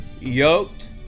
yoked